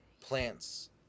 plants